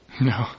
No